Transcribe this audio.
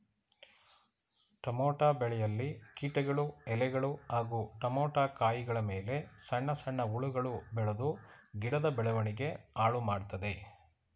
tomato ಬೆಳೆಯಲ್ಲಿ ಕೀಟಗಳು ಎಲೆಗಳು ಹಾಗೂ ಟಮೋಟ ಕಾಯಿಗಳಮೇಲೆ ಸಣ್ಣ ಸಣ್ಣ ಹುಳಗಳು ಬೆಳ್ದು ಗಿಡದ ಬೆಳವಣಿಗೆ ಹಾಳುಮಾಡ್ತದೆ